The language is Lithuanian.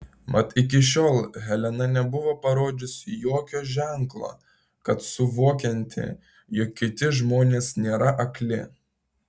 mat iki šiol helena nebuvo parodžiusi jokio ženklo kad suvokianti jog kiti žmonės nėra akli